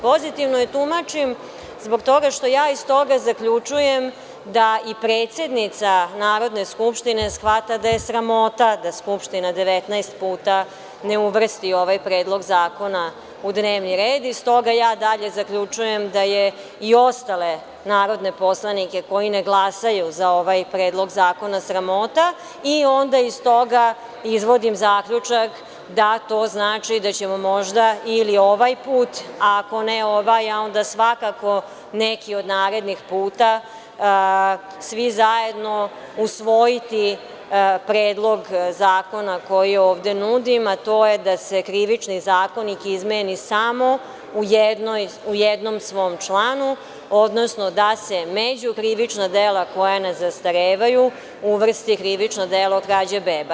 Pozitivno je tumačim zbog toga što ja iz toga zaključujem da i predsednica Narodne skupštine shvata da je sramota da Skupština 19 puta ne uvrsti ovaj predlog zakona u dnevni red i s toga ja dalje zaključujem da je i ostale narodne poslanike koji ne glasaju za ovaj predlog zakona sramota i onda iz toga izvodim zaključak da to znači da ćemo možda ili ovaj put, a ako ne ovaj, a onda svakako neki od narednih puta svi zajedno usvojiti Predlog zakona koji ovde nudim, a to je da se Krivični zakonik izmeni samo u jednom svom članu, odnosno da se među krivična dela koja ne zastarevaju uvrsti krivično delo krađe beba.